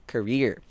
Career